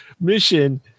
mission